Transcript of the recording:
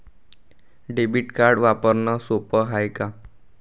Debit card वापरणं सोप हाय का?